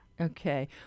Okay